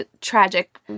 tragic